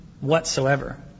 whatsoever